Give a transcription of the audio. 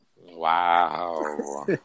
Wow